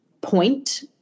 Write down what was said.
point